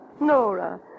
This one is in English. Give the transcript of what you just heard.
Nora